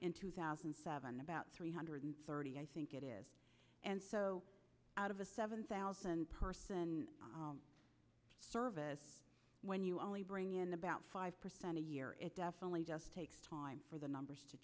in two thousand and seven about three hundred thirty i think it is and so out of a seven thousand person service when you only bring in about five percent a year it definitely just takes time for the numbers to